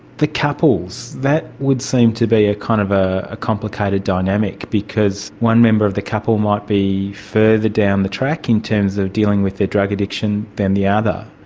the couples, that would seem to be a kind of ah a complicated dynamic because one member of the couple might be further down the track in terms of dealing with their drug addiction than the other.